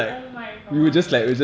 oh my god